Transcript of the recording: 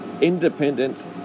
independent